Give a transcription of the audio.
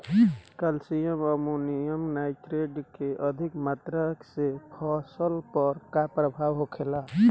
Calcium ammonium nitrate के अधिक मात्रा से फसल पर का प्रभाव होखेला?